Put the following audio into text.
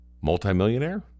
multimillionaire